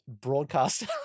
broadcaster